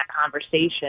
conversation